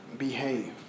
behave